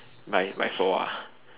by by four ah